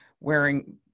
wearing